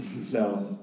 south